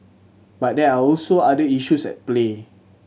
but there are also other issues at play